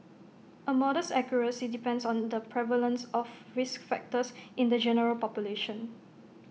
A model's accuracy depends on the prevalence of risk factors in the general population